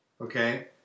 Okay